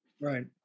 Right